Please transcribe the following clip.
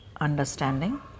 understanding